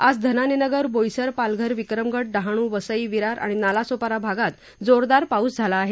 आज धनानीनगर बोईसर पालघर विक्रमगड डहाणू वसई विरार आणि नालासोपारा भागांत जोरदार पाऊस झाला आहे